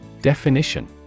Definition